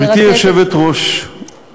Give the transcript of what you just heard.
גברתי היושבת-ראש,